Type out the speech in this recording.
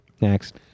Next